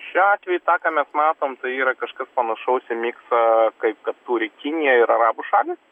šiuo atveju tą ką mes matom tai yra kažkas panašaus į miksą kaip kad turi kinija ir arabų šalys